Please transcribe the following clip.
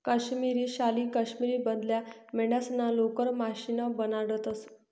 काश्मिरी शाली काश्मीर मधल्या मेंढ्यास्ना लोकर पाशीन बनाडतंस